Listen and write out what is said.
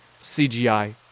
CGI